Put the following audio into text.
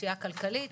פשיעה כלכלית,